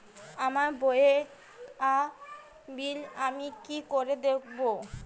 আমার বকেয়া বিল আমি কি করে দেখব?